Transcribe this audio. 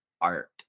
art